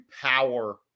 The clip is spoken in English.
power